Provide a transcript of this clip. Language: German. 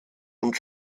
und